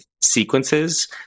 sequences